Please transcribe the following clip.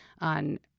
on